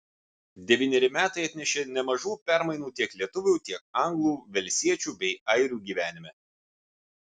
devyneri metai atnešė nemažų permainų tiek lietuvių tiek anglų velsiečių bei airių gyvenime